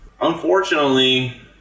unfortunately